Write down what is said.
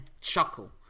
chuckle